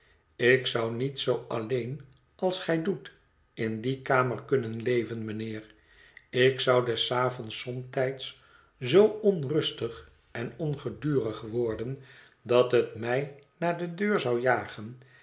ik zou niet zoo alleen als gij doet in die kamer kunnen leven mijnheer ik zou des avonds somtijds zoo onrustig en ongedurig worden dat het mij naar de deur zou jagen